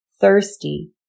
thirsty